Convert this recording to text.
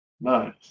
Nice